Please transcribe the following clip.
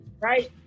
right